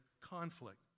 conflict